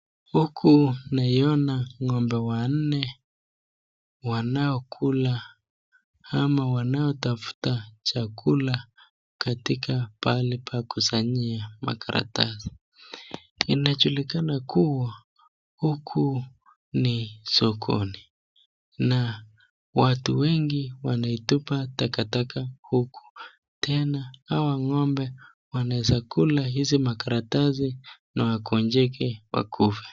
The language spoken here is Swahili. Huku, naiona ng'ombe wanne wanaokula ama wanaotafuta chakula katika pale pa kusanyia makaratasi. Inajulikana kuwa huku ni sokoni. Na watu wengi wanaitupa takataka huku. Tena, hawa ng'ombe wanaweza kula hizi makaratasi na wakonjeke wakufa.